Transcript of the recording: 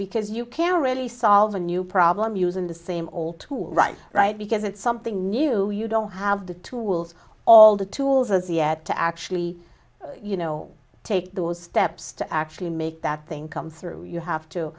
because you can really solve a new problem using the same old tools right right because it's something new you don't have the tools all the tools as yet to actually you know take those steps to actually make that thing come through you have to